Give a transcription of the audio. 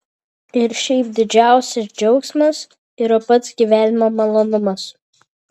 ir šiaip didžiausias džiaugsmas yra pats gyvenimo malonumas